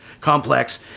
complex